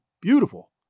beautiful